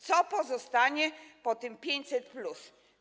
Co pozostanie po tym 500+?